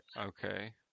Okay